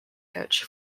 coach